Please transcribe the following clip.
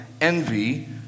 envy